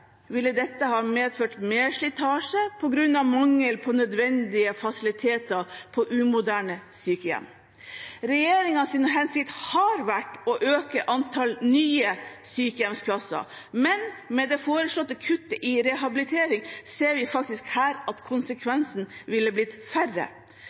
ville dette ha medført mer slitasje på grunn av mangel på nødvendige fasiliteter på umoderne sykehjem. Regjeringens hensikt har vært å øke antall nye sykehjemsplasser, men med det foreslåtte kuttet i rehabilitering ser vi faktisk her at